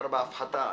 בהפחתה.